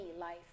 life